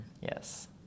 Yes